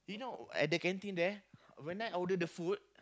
you know at the canteen there when I order the food